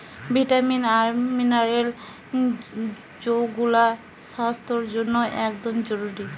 vitamin আর mineral যৌগুলা স্বাস্থ্যের জন্যে একদম জরুরি